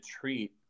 treat